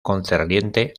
concerniente